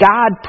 God